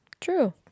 True